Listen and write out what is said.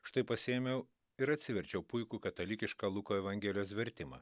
štai pasiėmiau ir atsiverčiau puikų katalikišką luko evangelijos vertimą